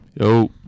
yo